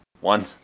One